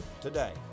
today